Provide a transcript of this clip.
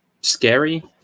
scary